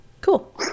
cool